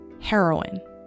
heroin